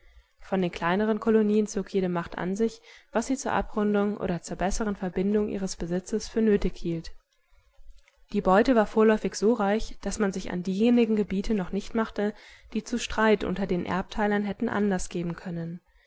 von den kleineren kolonien zog jede macht an sich was sie zur abrundung oder zur besseren verbindung ihres besitzes für nötig hielt die beute war vorläufig so reich daß man sich an diejenigen gebiete noch nicht machte die zu streit unter den erbteilern hätten anlaß geben können